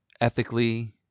ethically